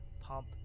Pump